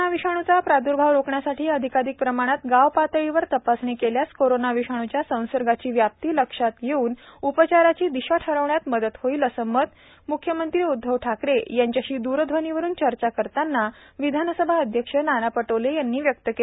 corona विषाणूचा प्रादुर्भाव रोखण्यासाठी अधिकाधिक प्रमाणात गाव पातळीवर तपासणी केल्यास कोरोना विषाणूच्या संसर्गाची व्याप्ती लक्षात येऊन उपचाराची दिशा ठरविण्यास मदत होईल असे मत म्ख्यमंत्री उद्धव ठाकरे यांचेशी द्रध्वनीवरून चर्चा करतांना विधानसभा अध्यक्ष नाना पटोले यांनी व्यक्त केले